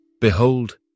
Behold